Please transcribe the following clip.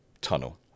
Tunnel